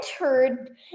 entered